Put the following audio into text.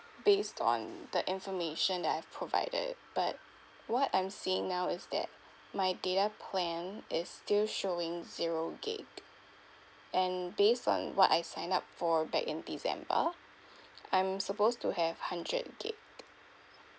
based on the information that I've provided but what I'm seeing now is that my data plan is still showing zero GIG and based on what I signed up for back in december I'm supposed to have hundred GIG